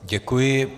Děkuji.